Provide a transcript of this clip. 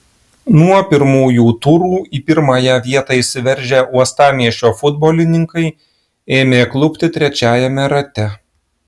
nuo pirmųjų turų į pirmąją vietą išsiveržę uostamiesčio futbolininkai ėmė klupti trečiajame rate